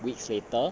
weeks later